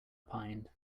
opined